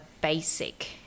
basic